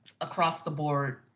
across-the-board